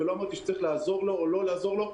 ולא אמרתי שצריך לעזור לו או לא לעזור לו,